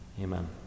Amen